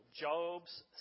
Job's